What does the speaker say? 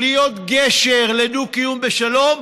להיות גשר לדו-קיום בשלום.